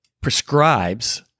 prescribes